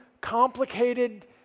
complicated